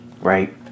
Right